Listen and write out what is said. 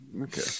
okay